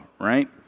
right